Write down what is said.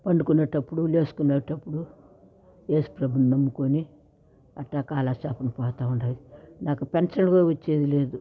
పండుకునేటప్పుడు లేచేటప్పుడు ఏసుప్రభుని నమ్ముకుని అట్టా కాలక్షేపం పోతూ ఉన్నది నాకు పెన్షన్ వచ్చేది లేదు